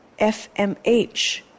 FMH